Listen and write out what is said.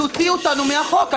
תוציאו אותנו מהחוק.